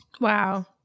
Wow